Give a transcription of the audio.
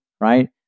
Right